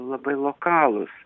labai lokalūs